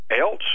else